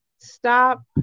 stop